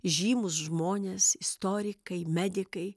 žymūs žmonės istorikai medikai